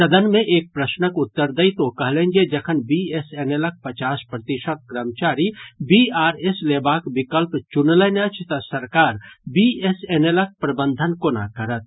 सदन मे एक प्रश्नक उत्तर दैत ओ कहलनि जे जखन बीएसएनएलक पचास प्रतिशत कर्मचारी वीआरएस लेबाक विकल्प चुनलनि अछि तऽ सरकार बीएसएनएलक प्रबंधन कोना करत